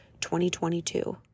2022